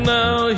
now